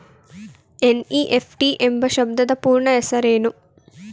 NEFT ಎಂಬ ಶಬ್ದದ ಪೂರ್ಣ ಹೆಸರೇನು?